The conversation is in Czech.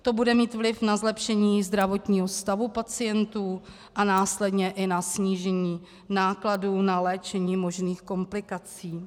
To bude mít vliv na zlepšení zdravotního stavu pacientů a následně i na snížení nákladů na léčení možných komplikací.